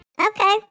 Okay